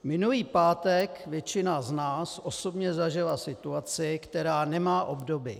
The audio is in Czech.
Minulý pátek většina z nás osobně zažila situaci, která nemá obdoby.